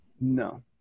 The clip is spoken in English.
No